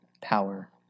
power